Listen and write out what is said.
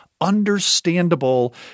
understandable